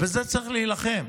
בזה צריך להילחם,